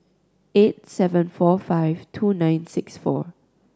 eight seven four five two nine six four